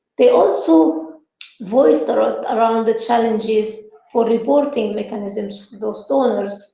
they also voiced ah around the challenges for reporting mechanisms for those donors.